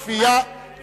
טול קורה מבין עיניך,